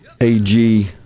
AG